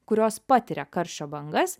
kurios patiria karščio bangas